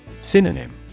Synonym